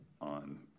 on